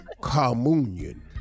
communion